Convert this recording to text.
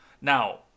Now